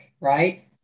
Right